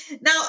Now